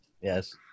Yes